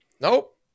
Nope